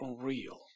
real